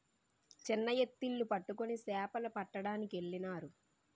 చిన్న ఎత్తిళ్లు పట్టుకొని సేపలు పట్టడానికెళ్ళినారు